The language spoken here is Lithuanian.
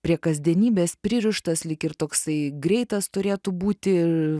prie kasdienybės pririštas lyg ir toksai greitas turėtų būti